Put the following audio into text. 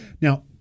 now